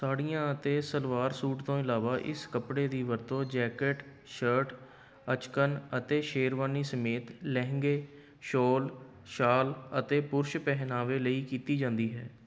ਸਾੜੀਆਂ ਅਤੇ ਸਲਵਾਰ ਸੂਟ ਤੋਂ ਇਲਾਵਾ ਇਸ ਕੱਪੜੇ ਦੀ ਵਰਤੋਂ ਜੈਕੇਟ ਸ਼ਰਟ ਅਚਕਨ ਅਤੇ ਸ਼ੇਰਵਾਨੀ ਸਮੇਤ ਲਹਿੰਗੇ ਸ਼ੋਲ ਸ਼ਾਲ ਅਤੇ ਪੁਰਸ਼ ਪਹਿਨਾਵੇ ਲਈ ਕੀਤੀ ਜਾਂਦੀ ਹੈ